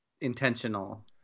intentional